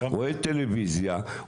רואה טלוויזיה,